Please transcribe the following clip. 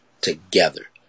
together